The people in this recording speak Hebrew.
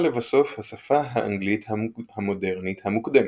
לבסוף השפה האנגלית המודרנית המוקדמת.